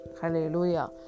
Hallelujah